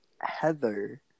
Heather